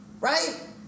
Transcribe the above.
Right